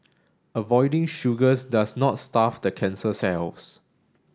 avoiding sugars does not starve the cancer cells